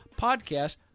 podcast